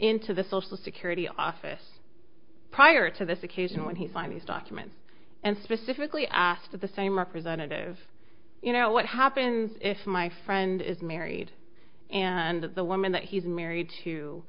into the social security office prior to this occasion when he signed his documents and specifically asked for the same representative you know what happens if my friend is married and the woman that he's married to